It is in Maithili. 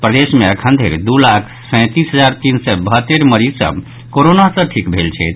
प्रदेश मे अखन धरि दू लाख सैंतीस हजार तीन सय बहत्तरि मरीज सभ कोरोना सँ ठीक भेल छथि